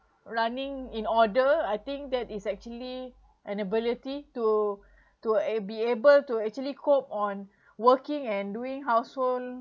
running in order I think that is actually an ability to to be able to actually cope on working and doing household